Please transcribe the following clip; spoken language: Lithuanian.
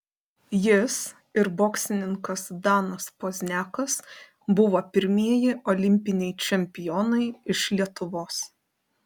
jis ir boksininkas danas pozniakas buvo pirmieji olimpiniai čempionai iš lietuvos